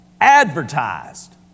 advertised